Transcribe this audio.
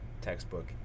textbook